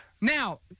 Now